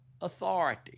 authority